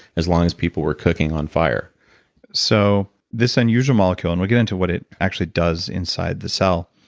as long as people were cooking on fire so this unusual molecule, and we'll get into what it actually does inside the cell.